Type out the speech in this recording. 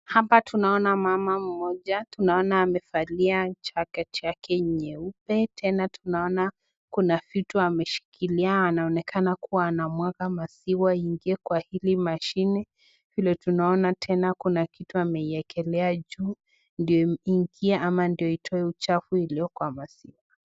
Hapa tunaona mama mmoja, tunaona amevalia jacket yake nyeupe tena tunaona kuna vitu ameshikilia anaonekana kuwa anamwaga maziwa iingie kwa hili mashini vile tunaona tena kuna kitu ameiekelea juu ndo iingia ama ndio itoe uchafu iliyo kwa maziwa.